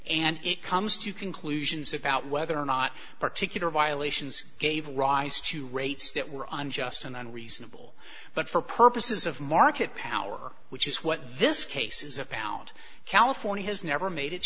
and it comes to conclusions about whether or not particular while ations gave rise to rates that were unjust and unreasonable but for purposes of market power which is what this case is about california has never made it